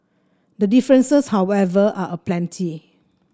the differences however are aplenty